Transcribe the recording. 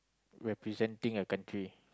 representing a country